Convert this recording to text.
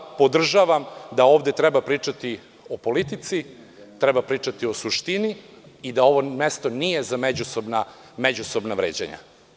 Odnosno, podržavam da ovde treba pričati o politici, treba pričati o suštini i da ovo nije mesto za međusobna vređanja.